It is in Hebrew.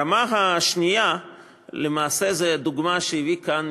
הרמה השנייה למעשה זו דוגמה שהביא כאן,